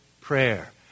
prayer